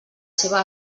seva